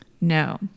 No